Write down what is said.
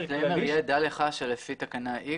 דע לך שלפי תקנה איקס.